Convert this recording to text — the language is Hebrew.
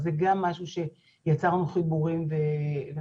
אז זה גם משהו שיצרנו חיבורים בנושא.